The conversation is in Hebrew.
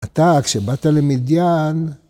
‫אתה, כשבאת למידיין...